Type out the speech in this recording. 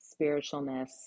spiritualness